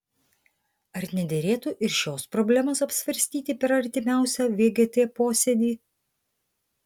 ar nederėtų ir šios problemos apsvarstyti per artimiausią vgt posėdį